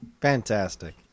Fantastic